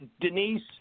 Denise